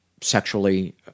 sexually